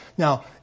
Now